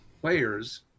players